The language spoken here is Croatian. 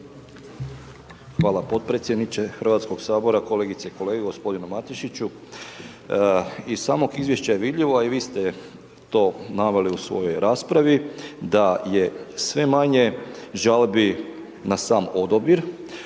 Hvala potpredsjedniče HS, kolegice i kolege, g. Matešiću, iz samog izvješća je vidljivo, a i vi ste to naveli u svojoj raspravi da je sve manje žalbi na sam odabir,